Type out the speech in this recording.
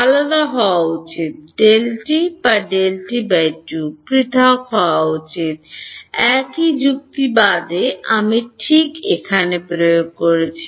আলাদা হওয়া উচিত Δt বা Δt2 পৃথক হওয়া উচিত একই যুক্তি বাদে আমি ঠিক এখানে প্রয়োগ করছি